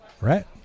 right